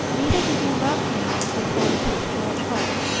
neither did you love him, retorted george holt.